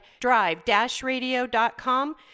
drive-radio.com